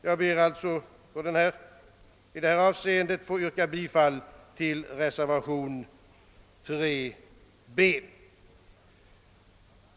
Jag ber alltså att i detta avseende få yrka bifall till reservationen 3 b.